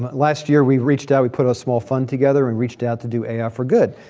but last year we reached out, we put a small fund together and reached out to do ai for good.